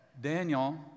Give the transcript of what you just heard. Daniel